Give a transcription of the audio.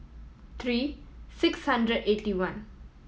three six hundred eighty one